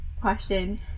Question